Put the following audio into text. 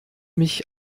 mich